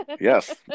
Yes